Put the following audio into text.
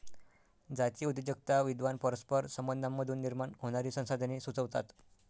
जातीय उद्योजकता विद्वान परस्पर संबंधांमधून निर्माण होणारी संसाधने सुचवतात